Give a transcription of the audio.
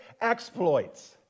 exploits